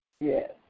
yes